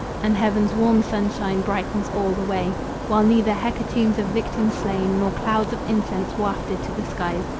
and heaven's warm sunshine brightens all the way while neither hecatombs of victims slain, nor clouds of incense wafted to the skies,